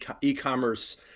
e-commerce